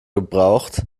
gebraucht